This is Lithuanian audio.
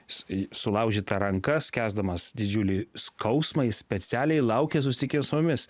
su sulaužyta ranka skęsdamas didžiulį skausmą jis specialiai laukia susitikęs su mumis